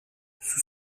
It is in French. sous